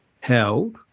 held